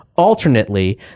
Alternately